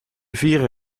vieren